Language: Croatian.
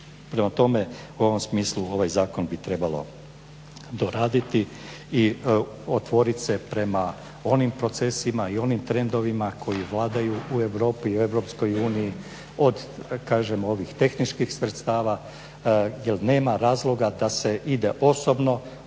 Prema tome, u ovom smislu ovaj zakon bi trebalo doraditi i otvoriti se prema onim procesima i onim trendovima koji vladaju u Europi i EU od kažem ovih tehničkih sredstava jer nema razloga da se ide osobno